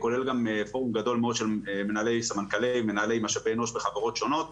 כולל גם פורום גדול מאוד של מנהלי וסמנכ"לי משאבי אנוש בחברות שונות.